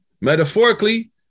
Metaphorically